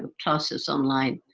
ah classes online.